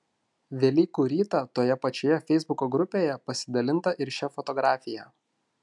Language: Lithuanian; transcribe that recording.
velykų rytą toje pačioje feisbuko grupėje pasidalinta ir šia fotografija